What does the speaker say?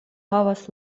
havas